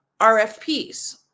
RFPs